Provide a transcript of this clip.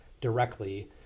directly